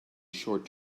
short